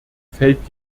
fällt